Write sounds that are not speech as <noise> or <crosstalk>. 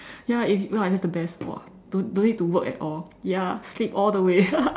ya it's ya that's the best !wah! don't don't need to work at all ya sleep all the way <laughs>